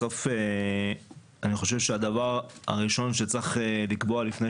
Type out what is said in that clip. בסוף אני חושב שהדבר הראשון שצריך לקבוע לפני